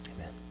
Amen